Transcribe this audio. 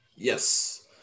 Yes